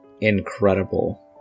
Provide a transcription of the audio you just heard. incredible